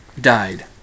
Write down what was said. died